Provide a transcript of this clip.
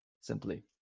simply